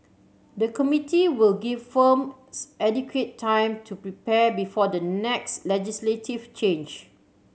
the committee will give firms adequate time to prepare before the next legislative change